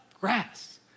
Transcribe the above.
grass